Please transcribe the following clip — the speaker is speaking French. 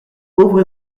pauvre